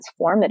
transformative